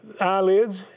eyelids